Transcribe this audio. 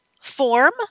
Form